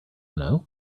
know